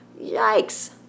Yikes